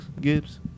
Gibbs